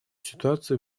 ситуацию